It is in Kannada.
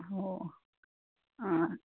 ಹೋ ಹಾಂ